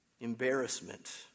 embarrassment